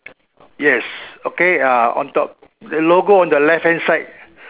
yes okay ah on top the logo on the left hand side